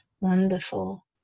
wonderful